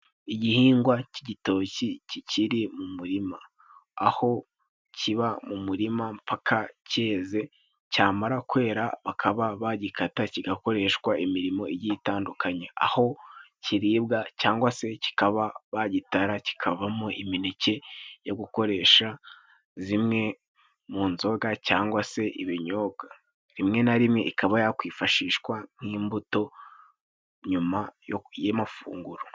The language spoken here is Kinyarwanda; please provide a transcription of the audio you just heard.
Igihingwa cy'igitoki kikiri mu murima, aho kiba mu murima mpaka cyeze. Cyamara kwera bakaba bagikata kigakoreshwa imirimo igiye itandukanye. Aho kiribwa, cyangwa se kikaba bagitara kikavamo imineke yo gukoresha zimwe mu nzoga, cyangwa se ibinyobwa. Rimwe na rimwe ikaba yakwifashishwa nk'imbuto nyuma y'amafunguro.